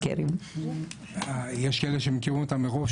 קודם כל באמת